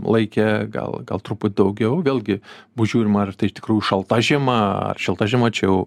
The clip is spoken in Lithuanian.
laike gal gal truput daugiau vėlgi bus žiūrima ar tai iš tikrųjų šalta žiema šilta žiema čia jau